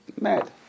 Mad